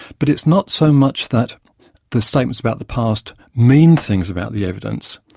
but it's not so much that the statements about the past mean things about the evidence.